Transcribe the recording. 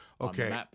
Okay